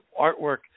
artwork